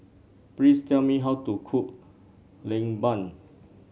please tell me how to cook lemang